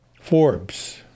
Forbes